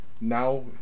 now